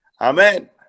Amen